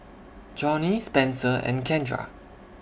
Johny Spenser and Kendra